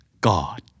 God